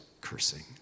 cursing